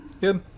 Good